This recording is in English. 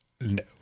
No